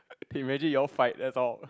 can imagine you all fight that's all